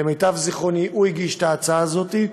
למיטב זיכרוני, הוא הגיש את ההצעה הזאת.